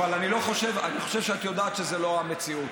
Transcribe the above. אבל אני חושב שאת יודעת שזה לא המציאות.